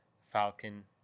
Falcon